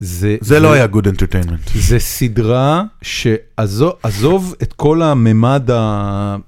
זה לא היה גוד אינטרטיינמנט, זה סדרה שעזוב את כל המימד ה...